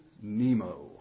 Nemo